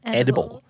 edible